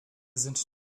sind